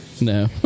No